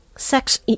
sex